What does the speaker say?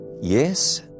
Yes